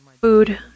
food